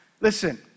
Listen